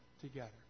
together